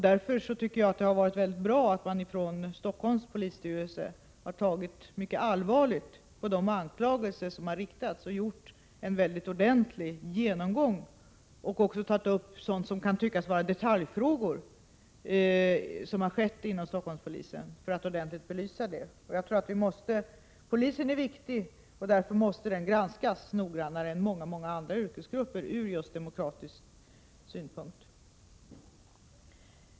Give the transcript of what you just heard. Därför tycker jag att det har varit väldigt bra att Stockholms polisstyrelse har tagit mycket allvarligt på de anklagelser som riktats mot polisen och gjort en noggrann genomgång och också tagit upp sådant som kan tyckas vara detaljfrågor. Polisen är viktig, och därför måste den granskas noggrannare än många andra yrkesgrupper ur just demokratisk synpunkt.